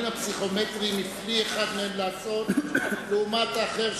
הפסיכומטריים הפליא אחד מהם לעשות לעומת האחר,